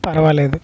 పర్వాలేదు